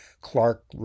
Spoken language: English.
Clark